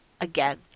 again